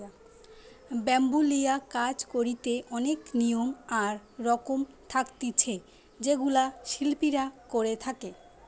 bamboo লিয়া কাজ করিতে অনেক নিয়ম আর রকম থাকতিছে যেগুলা শিল্পীরা করে থাকে